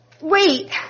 wait